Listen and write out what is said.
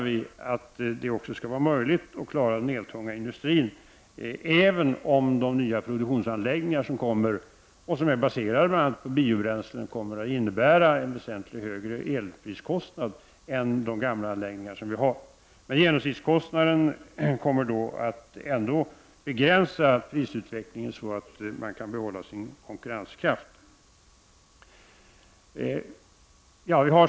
Då bör det också vara möjligt att klara den eltunga industrin, även om de nya produktionsanläggningar som kommer och som baseras på bl.a. biobränslen kommer att innebära väsentligt högre elkostnader än de gamla anläggningarna. Genomsnittskostnaden kommer att begränsa prisutvecklingen, så att industrin kan behålla sin konkurrenskraft.